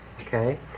Okay